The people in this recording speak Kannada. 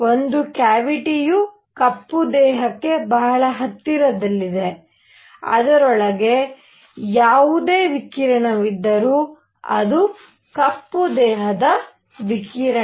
ಒಂದು ಕ್ಯಾವಿಟಿಯು ಕಪ್ಪು ದೇಹಕ್ಕೆ ಬಹಳ ಹತ್ತಿರದಲ್ಲಿದೆ ಅದರೊಳಗೆ ಯಾವುದೇ ವಿಕಿರಣವಿದ್ದರೂ ಅದು ಕಪ್ಪು ದೇಹದ ವಿಕಿರಣ